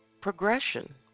progression